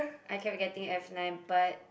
I kept getting F nine but